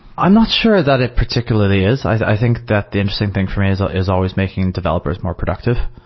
i'm not sure that it particularly is. i think that the interesting thing for me is ah is always making developers more productive,